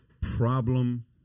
problem